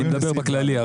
אני מדבר בכללי.